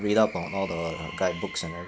read up on all the like guidebooks and everything